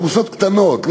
פרוסות קטנות,